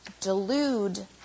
delude